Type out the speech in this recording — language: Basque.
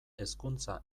hezkuntza